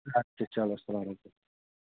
اَدٕ کیٛاہ چلو السَلام علیکُم